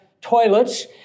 toilets